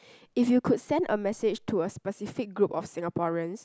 if you could send a message to a specific group of Singaporeans